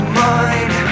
mind